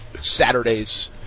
Saturdays